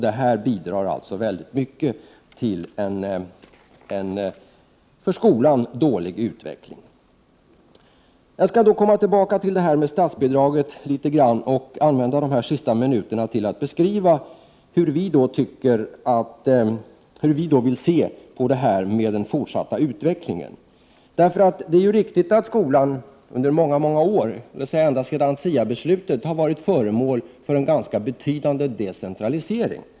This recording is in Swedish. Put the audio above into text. Det bidrar alltså mycket till en för skolan dålig utveckling. Jag återkommer litet grand till statsbidraget, och jag vill använda de sista minuterna till att beskriva hur vi i centern vill se på den fortsatta utvecklingen. Det är riktigt att under många år, ända sedan SIA-beslutet, har skolan varit föremål för en ganska betydande decentralisering.